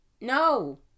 No